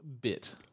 bit